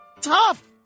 tough